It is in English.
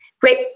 Great